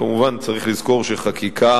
כמובן צריך לזכור שחקיקה